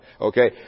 Okay